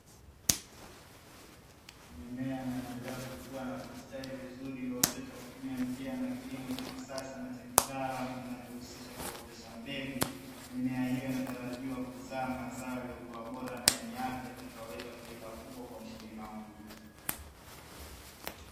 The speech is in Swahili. Mimea naendelea kukuwa na kustawi vizuri iliyo oteshwa kwakutumia njia za kilimo cha kisasa na kitaalamu kinachohusisha kuotesha mbegu, mimea hio inatarajiwa kuzaa mazao yaliyobora na afya yatakayo leta faida kubwa kwa mkulima huyu.